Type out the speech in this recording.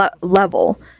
level